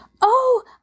Oh